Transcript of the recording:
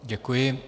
Děkuji.